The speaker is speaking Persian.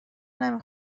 نمی